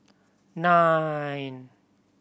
nine